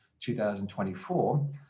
2024